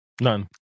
none